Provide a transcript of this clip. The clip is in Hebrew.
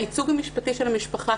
הייצוג המשפטי של המשפחה,